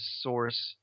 source